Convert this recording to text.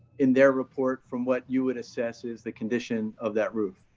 in their report from what you would assess as the condition of that roof.